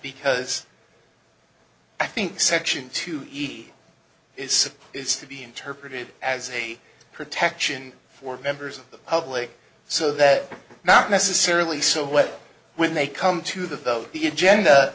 because i think section two easy is it's to be interpreted as a protection for members of the public so that not necessarily so when when they come to that though the agenda